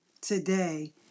today